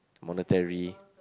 monetary